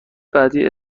بعدی